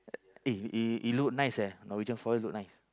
eh it it look nice eh Norwegian-Forest look nice